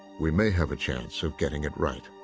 we may have a chance of getting it right.